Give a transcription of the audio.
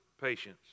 patience